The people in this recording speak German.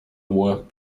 ruhe